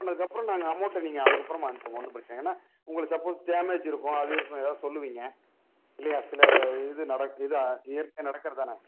பண்ணதுக்கப்புறம் நாங்கள் அமௌண்ட்டை நீங்கள் அதுக்கப்புறமா அனுப்புங்கள் ஒன்றும் பிரச்சனை இல்லை ஏன்னா உங்களுக்கு சப்போஸ் மேடம் இருக்கும் அது இருக்கும் ஏதாவது சொல்லுவீங்கள் இல்லையா சில இது நடக் இது இயற்கையாக நடக்குறதுதானே